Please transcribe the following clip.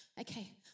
okay